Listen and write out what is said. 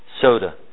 soda